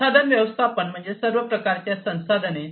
संसाधन व्यवस्थापन म्हणजे सर्व प्रकारच्या संसाधने